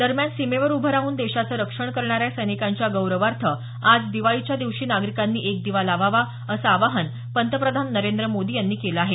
दरम्यान सीमेवर उभे राहून देशाचं रक्षण करणाऱ्या सैनिकांच्या गौरवार्थ आज दिवाळीच्या दिवशी नागरिकांनी एक दिवा लावावा असं आवाहन पंतप्रधान नरेंद्र मोदी यांनी केलं आहे